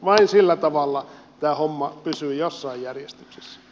vain sillä tavalla tämä homma pysyy jossain järjestyksessä